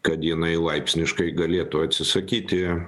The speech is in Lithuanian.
kad jinai laipsniškai galėtų atsisakyti